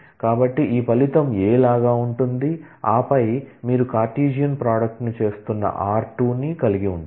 కాబట్టి ఈ ఫలితం a లాగా ఉంటుంది ఆపై మీరు కార్టెసియన్ ప్రోడక్ట్ ని చేస్తున్న r 2 ను కలిగి ఉంటారు